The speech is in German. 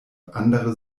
andere